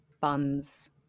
buns